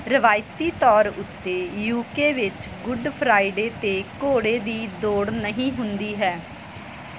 ਰਵਾਇਤੀ ਤੌਰ ਉੱਤੇ ਯੂ ਕੇ ਵਿੱਚ ਗੁੱਡ ਫ੍ਰਾਈਡੇ 'ਤੇ ਘੋੜੇ ਦੀ ਦੌੜ ਨਹੀਂ ਹੁੰਦੀ ਹੈ